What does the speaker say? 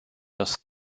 das